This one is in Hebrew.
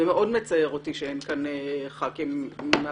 מאוד מצער אותי שאין כאן חברי כנסת מהקואליציה,